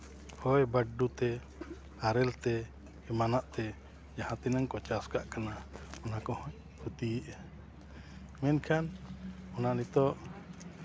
ᱦᱚᱭ ᱵᱟᱨᱰᱩ ᱛᱮ ᱟᱨᱮᱞ ᱛᱮ ᱮᱢᱟᱱᱟᱝ ᱛᱮ ᱡᱟᱦᱟᱸ ᱛᱤᱱᱟᱹᱜ ᱠᱚ ᱪᱟᱥ ᱠᱟᱜ ᱠᱟᱱᱟ ᱚᱱᱟ ᱠᱚᱦᱚᱸ ᱠᱷᱚᱛᱤᱭᱮᱜᱼᱟ ᱢᱮᱱᱠᱷᱟᱱ ᱚᱱᱟ ᱱᱤᱛᱚᱜ